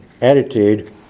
attitude